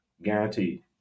Guaranteed